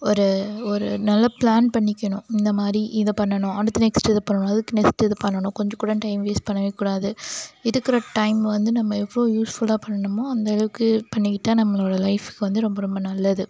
ஒரு ஒரு நல்ல பிளான் பண்ணிக்கணும் இந்த மாதிரி இதை பண்ணணும் அடுத்து நெக்ஸ்ட் இத பண்ணணும் அடுத்து நெக்ஸ்ட் இதை பண்ணணும் கொஞ்சம் கூட டைம் வேஸ்ட் பண்ணவே கூடாது இருக்கிற டைம் வந்து நம்ம எவ்வளோ யூஸ்ஃபுல்லாக பண்ணணுமோ அந்த அளவுக்கு பண்ணிக்கிட்டால் நம்மளோட லைஃப்க்கு வந்து ரொம்ப ரொம்ப நல்லது